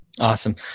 Awesome